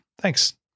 Thanks